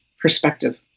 perspective